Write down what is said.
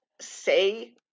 say